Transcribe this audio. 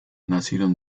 nacieron